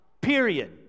Period